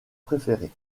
préféré